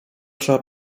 trzeba